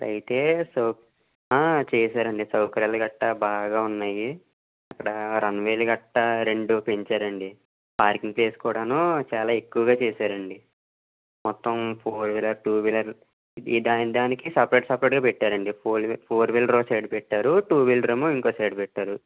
అయితే సౌ చేసారండి సౌకర్యాలు గట్టా బాగా ఉన్నాయి అక్కడ రన్వేలు గట్టా రెండు పెంచారండి పార్కింగ్ ప్లేస్ కూడాను చాలా ఎక్కువగా చేసారండి మొత్తం ఫోర్ వీలర్ టూ వీలర్ దానికి దానికి సెపరేట్ సెపెరేట్గా పెట్టారండి ఫోర్ వీ ఫోర్ వీలర్ సైడ్ పెట్టారు టూ వీలర్ఏమో ఇంకోక సైడ్ పెట్టారు